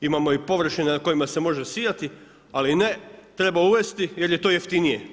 Imamo i površine na kojima se može sijati ali ne, treba uvesti jer je to jeftinije.